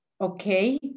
okay